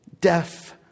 deaf